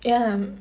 ya